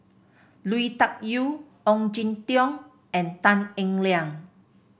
Lui Tuck Yew Ong Jin Teong and Tan Eng Liang